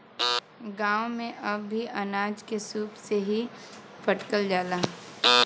गांव में अब भी अनाज के सूप से ही फटकल जाला